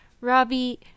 Robbie